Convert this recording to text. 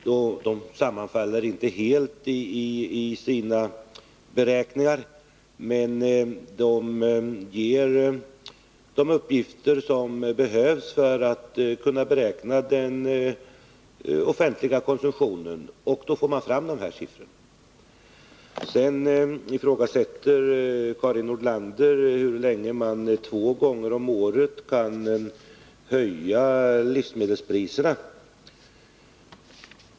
Beräkningarna sammanfaller inte helt, men nationalräkenskaperna ger de uppgifter som behövs för att man skall kunna beräkna konsumtionen. Då får man fram de här siffrorna. Sedan frågar Karin Nordlander hur länge man kan hålla på att två gånger om året höja livsmedelspriserna.